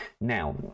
Now